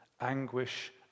anguish